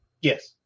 Yes